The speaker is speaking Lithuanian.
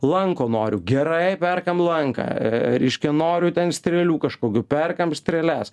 lanko noriu gerai perkam lanką reiškia noriu ten strėlių kažkokių perkam strėles